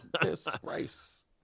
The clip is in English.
Disgrace